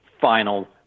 final